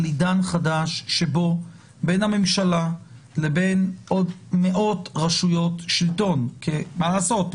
עידן חדש שבו בין הממשלה לבין עוד מאות רשויות שלטון כי מה לעשות?